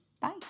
Bye